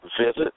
Visit